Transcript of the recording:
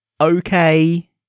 okay